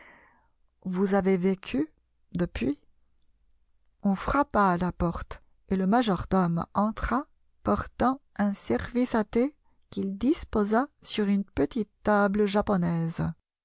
vous avez vécu depuis on frappa à la porte et le majordome entra portant un service à thé qu'il disposa sur une petite table japonaise